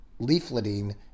leafleting